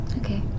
Okay